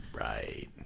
right